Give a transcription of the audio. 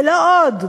ולא עוד",